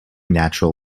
natural